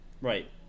Right